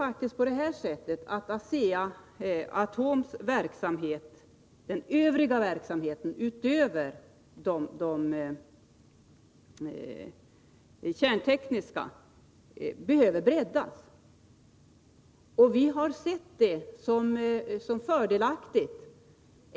Asea-Atoms övriga verksamhet utöver den kärntekniska behöver faktiskt breddas.